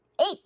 eight